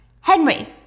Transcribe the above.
Henry